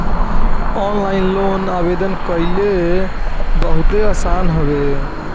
online loan आवेदन कईल बहुते आसान हवे